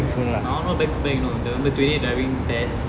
my one back to back you know the twenty eight driving test